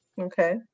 Okay